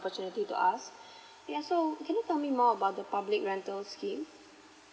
to ask yeah so can you tell me more about the public rental scheme